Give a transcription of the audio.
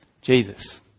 Jesus